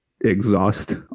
exhaust